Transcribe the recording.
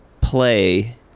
play